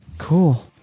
Cool